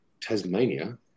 Tasmania